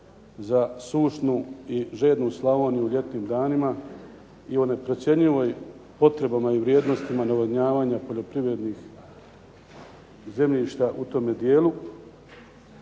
za sušnu i žednu Slavoniju u ljetnim danima i o neprocjenjivim potrebama i vrijednostima navodnjavanja poljoprivrednih zemljišta u tome dijelu.